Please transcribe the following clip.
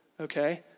okay